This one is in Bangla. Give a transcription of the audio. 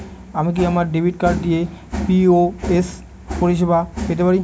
আমি কি আমার ডেবিট কার্ড দিয়ে পি.ও.এস পরিষেবা পেতে পারি?